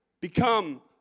become